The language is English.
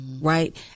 right